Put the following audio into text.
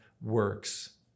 works